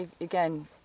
again